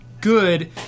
good